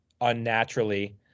unnaturally